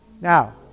Now